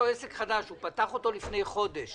העניין של החזר המקדמות לזוגות הצעירים חייב להיות חלק מהמתווה.